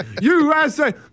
USA